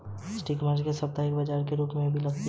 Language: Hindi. स्ट्रीट मार्केट साप्ताहिक बाजार के रूप में भी लगते हैं